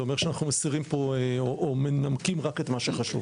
זה אומר שאנחנו מנמקים רק את מה שחשוב.